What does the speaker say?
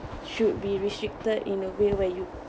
should be restricted in a way where you